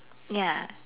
ya